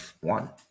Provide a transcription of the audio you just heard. one